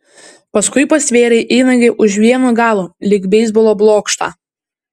paskui pastvėrė įnagį už vieno galo lyg beisbolo blokštą